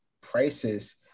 prices